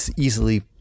easily